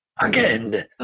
again